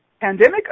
pandemic